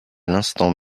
l’instant